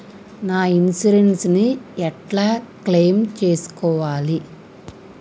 నా ఇన్సూరెన్స్ ని ఎట్ల క్లెయిమ్ చేస్కోవాలి?